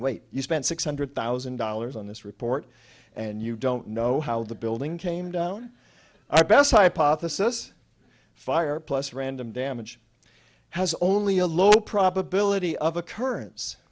wait you spent six hundred thousand dollars on this report and you don't know how the building came down our best hypothesis fire plus random damage has only a low probability of occurrence